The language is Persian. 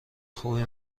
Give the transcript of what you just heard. خوبی